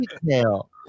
detail